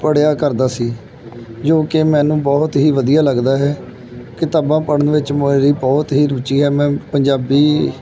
ਪੜ੍ਹਿਆ ਕਰਦਾ ਸੀ ਜੋ ਕਿ ਮੈਨੂੰ ਬਹੁਤ ਹੀ ਵਧੀਆ ਲੱਗਦਾ ਹੈ ਕਿਤਾਬਾਂ ਪੜ੍ਹਨ ਵਿੱਚ ਮੇਰੀ ਬਹੁਤ ਹੀ ਰੁਚੀ ਹੈ ਮੈਂ ਪੰਜਾਬੀ